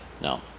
no